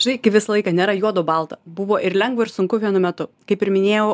žinai kaip visą laiką nėra juodo balto buvo ir lengva ir sunku vienu metu kaip ir minėjau